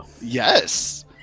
Yes